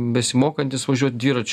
besimokantis važiuot dviračiu